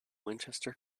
winchester